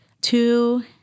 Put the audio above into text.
two